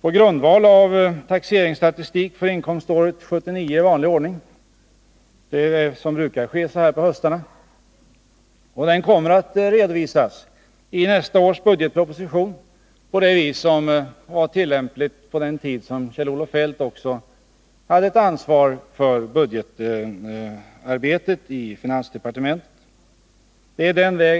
på grundval av taxeringsstatistik för inkomståret 1979. Så brukar ske så här på höstarna. Den kommer att redovisas i nästa års budgetproposition. Det är den metod som vi brukar använda oss av, och den tillämpades även på den tid då Kjell-Olof Feldt hade ett ansvar för budgetarbetet i finansdepartementet.